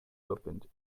opened